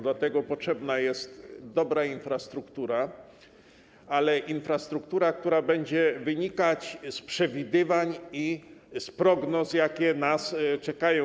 Dlatego potrzebna jest dobra infrastruktura, ale infrastruktura, która będzie wynikać z przewidywań i z prognoz tego, co nas czeka.